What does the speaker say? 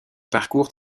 parcours